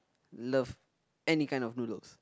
love any kind of noodles